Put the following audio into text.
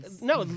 No